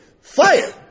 fire